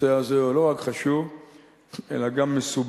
שהנושא הזה הוא לא רק חשוב אלא גם מסובך,